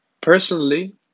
Personally